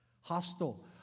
hostile